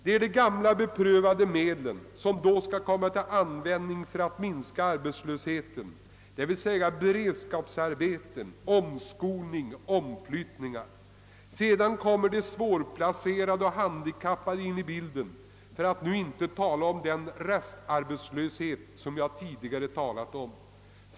Det är de gamla beprövade medlen som skall komma till användning för att minska arbetslösheten — d. v. s. beredskapsarbeten, omskolning och omflyttningar. De svårplacerade och de handikappade kommer också in i bilden, för att inte nämna den »restarbetslöshet» som jag tidigare talat om.